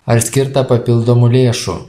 ar skirta papildomų lėšų